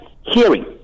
hearing